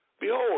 Behold